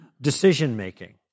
decision-making